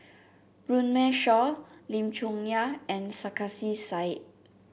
Runme Shaw Lim Chong Yah and Sarkasi Said